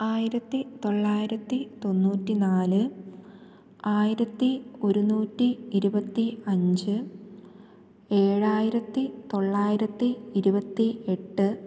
ആയിരത്തി തൊള്ളായിരത്തി തൊണ്ണൂറ്റി നാല് ആയിരത്തി ഒരുന്നൂറ്റി ഇരുപത്തി അഞ്ച് ഏഴായിരത്തി തൊള്ളായിരത്തി ഇരുപത്തി എട്ട്